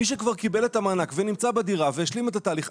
מי שקיבל את המענק ונמצא בדירה והשלים את התהליך,